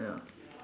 ya